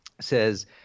says